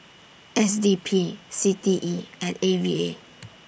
S D P C T E and A V A